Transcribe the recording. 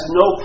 no